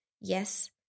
Yes